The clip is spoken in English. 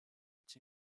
it’s